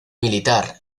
militar